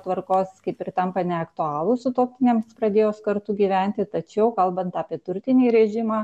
tvarkos kaip ir tampa neaktualūs sutuoktiniams pradėjus kartu gyventi tačiau kalbant apie turtinį režimą